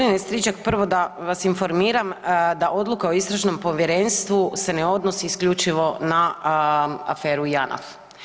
Gospodine Stričak, prvo da vas informiram da odluka o istražnom povjerenstvu se ne odnosi isključivo na aferu Janaf.